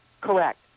Correct